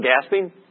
gasping